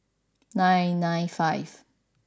nine nine five